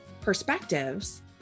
perspectives